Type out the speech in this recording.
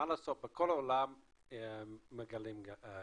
מה לעשות, בכל העולם מגלים גז,